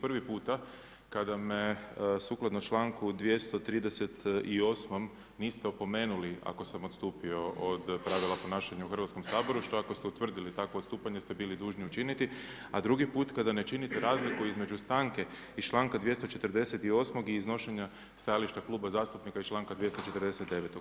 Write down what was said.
Prvi puta kada me sukladno članku 238. niste opomenuli ako sam odstupio od pravila ponašanja u Hrvatskom saboru što ako ste utvrdili takvo odstupanje ste bili dužni učiniti a drugi put kada ne činite razliku između stanke i članka 248. i iznošenja stajališta kluba zastupnika i članka 249.